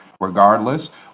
Regardless